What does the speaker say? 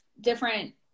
different